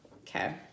Okay